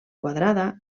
quadrada